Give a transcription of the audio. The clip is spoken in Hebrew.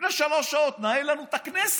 לפני שלוש שעות, גם ניהל לנו את הכנסת.